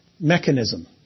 mechanism